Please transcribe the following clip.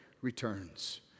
returns